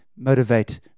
motivate